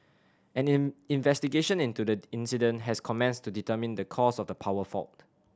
an in investigation into the incident has commenced to determine the cause of the power fault